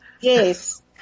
Yes